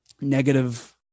negative